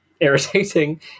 irritating